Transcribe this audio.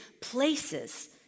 places